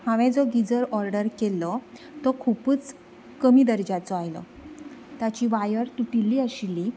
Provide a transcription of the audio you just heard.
हांवें जो geyser order केल्लो तो खुबूच कमी दर्ज्याचो आयलो ताची वायर तुटिल्ली आशिल्ली